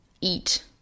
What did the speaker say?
eat